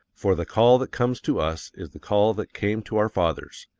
for the call that comes to us is the call that came to our fathers.